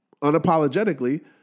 unapologetically